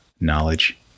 knowledge